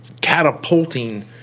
catapulting